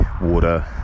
water